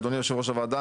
אדוני יושב ראש הוועדה,